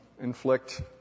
inflict